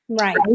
Right